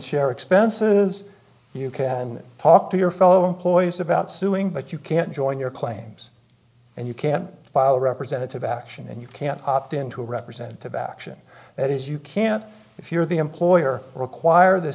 share expenses you can talk to your fellow employees about suing but you can't join your claims and you can't file a representative action and you can't opt in to represent about action that is you can't if you're the employer require the